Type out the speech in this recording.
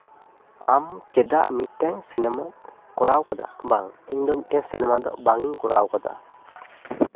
ᱟᱢ ᱪᱮᱫᱟᱜ ᱢᱤᱫᱴᱮᱱ ᱥᱤᱱᱮᱢᱟᱢ ᱠᱚᱨᱟᱣ ᱟᱠᱟᱫᱟ ᱵᱟᱝ ᱤᱧ ᱫᱚ ᱢᱤᱫᱴᱮᱱ ᱥᱤᱱᱮᱢᱟ ᱫᱚ ᱵᱟᱝ ᱤᱧ ᱠᱚᱨᱟᱣ ᱟᱠᱟᱫᱟ